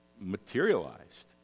materialized